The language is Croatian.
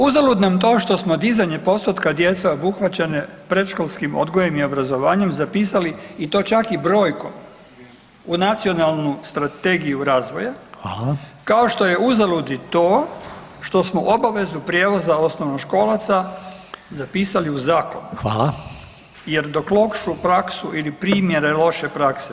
Uzalud nam to što smo dizanje postotka djece obuhvaćene predškolskim odgojem i obrazovanjem zapisali i to čak i brojkom u nacionalnu strategiju razvoja [[Upadica: Hvala vam.]] kao što je uzalud i to što smo obavezu prijevoza osnovnoškolaca zapisali u zakonu [[Upadica: Hvala.]] jer dok lošu praksu ili primjere loše prakse